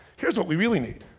here's what we really need,